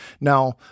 Now